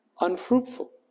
unfruitful